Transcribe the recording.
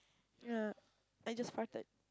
yeah I just farted